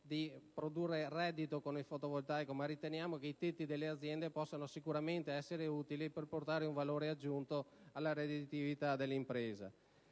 di produrre reddito con il fotovoltaico, ma riteniamo che i tetti delle aziende possano sicuramente essere utili per portare un valore aggiunto alla redditività dell'impresa.